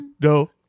No